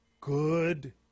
good